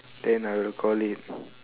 then I will call it